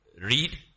Read